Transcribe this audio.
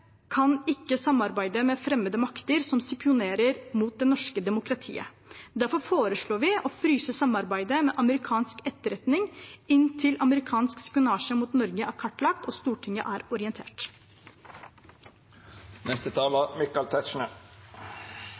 kan ikke samarbeide med fremmede makter som spionerer mot det norske demokratiet. Derfor foreslår vi å fryse samarbeidet med amerikansk etterretning inntil amerikansk spionasje mot Norge er kartlagt og Stortinget er orientert.